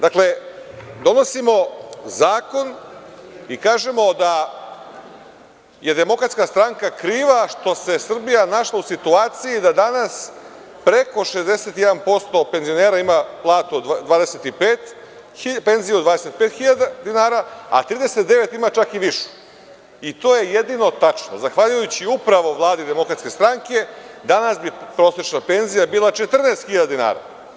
Dakle, donosimo zakon i kažemo da je DS kriva što se Srbija u situaciji da danas preko 61% penzionera ima penziju od 25 hiljada dinara, a 39 ima čak i višu i to je jedino i tačno zahvaljujući upravo Vladi DS, danas bi prosečna penzija bila 14 hiljada dinara.